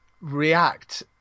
react